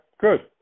good